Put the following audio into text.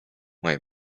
moja